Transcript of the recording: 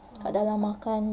kat dalam makan